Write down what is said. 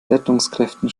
rettungskräften